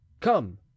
come